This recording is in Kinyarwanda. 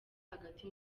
hagati